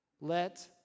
Let